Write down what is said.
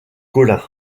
colin